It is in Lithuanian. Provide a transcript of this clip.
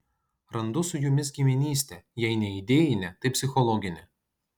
randu su jumis giminystę jei ne idėjinę tai psichologinę